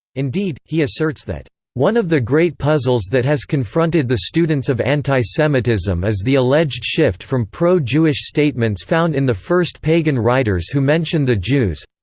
indeed, he asserts that one of the great puzzles that has confronted the students of anti-semitism is the alleged shift from pro-jewish statements found in the first pagan writers who mention the jews.